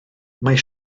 mae